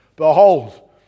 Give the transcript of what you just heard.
Behold